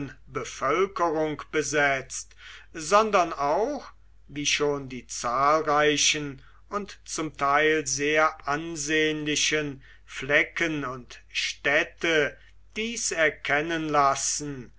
bevölkerung besetzt sondern auch wie schon die zahlreichen und zum teil sehr ansehnlichen flecken und städte dies erkennen lassen